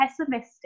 pessimistic